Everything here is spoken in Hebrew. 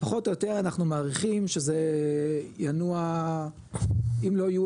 פחות או יותר אנחנו מעריכים שזה ינוע אם לא יהיו